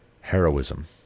heroism